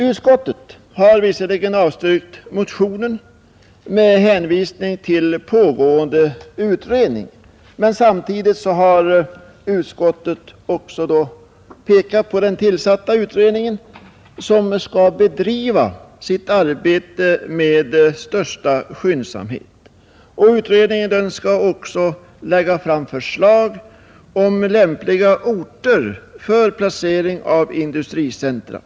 Utskottet har visserligen avstyrkt motionen med hänvisning till pågående utredning och påpekat att utredningen skall bedriva sitt arbete med största skyndsamhet. Utredningen skall också lägga fram förslag om lämpliga orter för placering av industricentra.